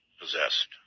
possessed